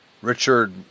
Richard